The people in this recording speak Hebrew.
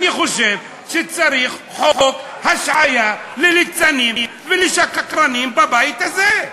אני חושב שצריך חוק השעיה לליצנים ולשקרנים בבית הזה.